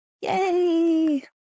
yay